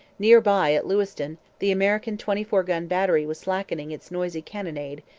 near by, at lewiston, the american twenty-four-gun battery was slackening its noisy cannonade,